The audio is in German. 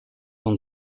und